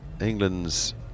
England's